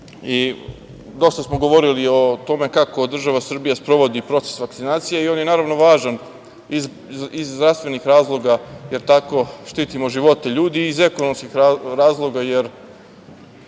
Dosta smo govorili o tome kako država Srbija sprovodi proces vakcinacije. On je naravno važan iz zdravstvenih razloga, jer tako štitimo živote ljudi i iz ekonomskih razloga, jer